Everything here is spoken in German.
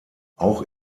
auch